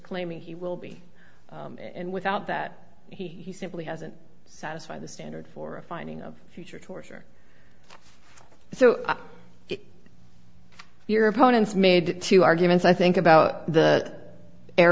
claiming he will be and without that he simply hasn't satisfy the standard for a finding of future torture so your opponents made two arguments i think about the